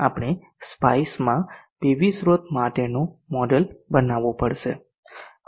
આપણે SPICEમાં પીવી સ્રોત માટેનું મોડેલ બનાવવું પડશે